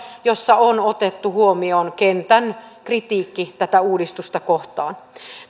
jossa on otettu huomioon kentän kritiikki tätä uudistusta kohtaan